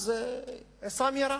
אז עסאם ירה.